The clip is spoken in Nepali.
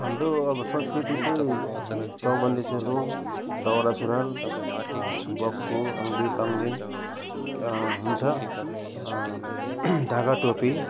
हाम्रो अब संस्कृति चाहिँ चौबन्दी चोलो दौरा सुरुवाल बक्खु आङ्गी पाङ्देन हुन्छ ढाका टोपी